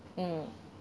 mm